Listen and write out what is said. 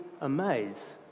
amaze